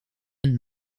and